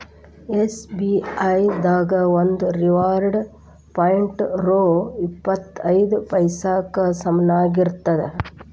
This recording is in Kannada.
ಎಸ್.ಬಿ.ಐ ದಾಗ ಒಂದು ರಿವಾರ್ಡ್ ಪಾಯಿಂಟ್ ರೊ ಇಪ್ಪತ್ ಐದ ಪೈಸಾಕ್ಕ ಸಮನಾಗಿರ್ತದ